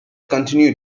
continued